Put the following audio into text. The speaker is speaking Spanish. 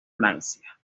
francia